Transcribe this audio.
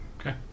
Okay